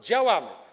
Działamy.